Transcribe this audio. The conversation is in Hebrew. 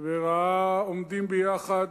וראה אותם עומדים ביחד,